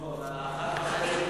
לא,